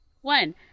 One